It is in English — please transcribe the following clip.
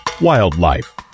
Wildlife